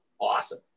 awesome